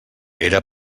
era